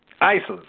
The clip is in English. Isis